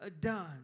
done